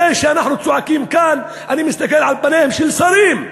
הרי כשאנחנו צועקים כאן אני מסתכל על פניהם של שרים,